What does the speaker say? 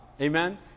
Amen